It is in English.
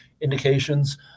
indications